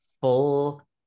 full